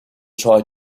try